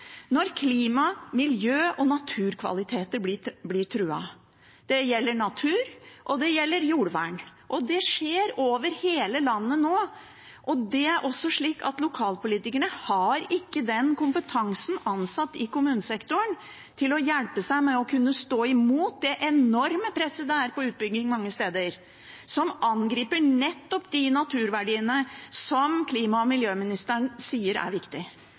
når klima, miljø og naturkvaliteter blir truet. Det gjelder natur, og det gjelder jordvern, og det skjer over hele landet nå. Lokalpolitikerne har ikke kompetanse ansatt i kommunesektoren som kan hjelpe dem med å stå imot det enorme presset det er på utbygging noen steder, som nettopp angriper de naturverdiene som klima- og miljøministeren sier er